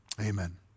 Amen